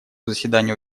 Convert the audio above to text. заседания